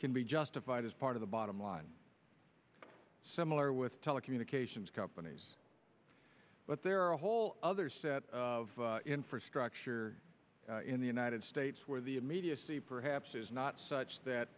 can be justified as part of the bottom line similar with telecommunications companies but there are a whole other set of infrastructure in the united states where the immediacy perhaps is not such that